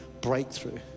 breakthrough